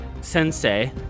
sensei